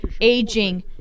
aging